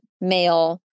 male